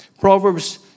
Proverbs